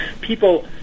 People